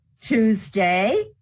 tuesday